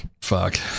fuck